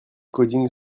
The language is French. coding